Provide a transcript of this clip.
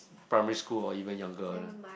primary school or even younger